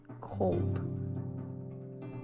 cold